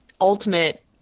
ultimate